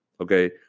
okay